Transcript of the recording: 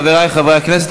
חברי חברי הכנסת,